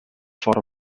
foro